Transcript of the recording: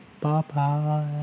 Bye-bye